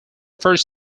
first